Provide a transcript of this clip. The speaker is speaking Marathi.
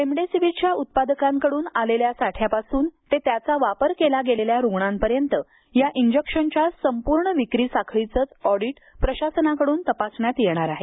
रेमडेसिविरच्या उत्पादकांकड्रन आलेल्या साठ्यापासून ते त्याचा वापर केला गेलेल्या रुग्णांपर्यंत या इंजेक्शनच्या संपूर्ण विक्री साखळीचेच ऑडिट प्रशासनाकडून तपासण्यात येणार आहे